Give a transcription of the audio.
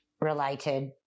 related